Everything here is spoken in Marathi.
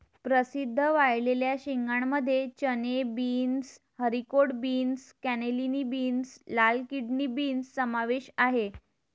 प्रसिद्ध वाळलेल्या शेंगांमध्ये चणे, beans, haricot beans, cannellini beans, लाल किडनी बीन्स समावेश आहे